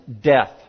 death